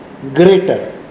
greater